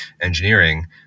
engineering